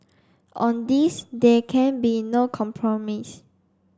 on this there can be no compromise